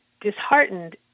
disheartened